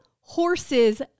horses